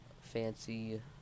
fancy